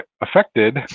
affected